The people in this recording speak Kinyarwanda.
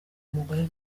umugore